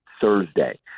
Thursday